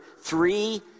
three